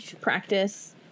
practice